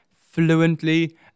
fluently